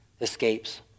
escapes